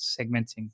segmenting